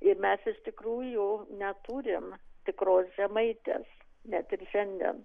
ir mes iš tikrųjų neturim tikros žemaitės net ir šiandien